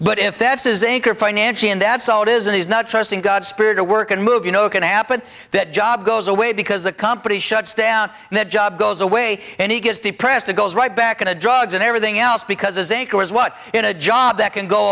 but if that's his anchor financially and that's all it is and he's not trusting god spirit to work and move you know it can happen that job goes away because the company shuts down and that job goes away and he gets depressed it goes right back into drugs and everything else because as a core is what in a job that can go